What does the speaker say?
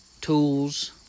tools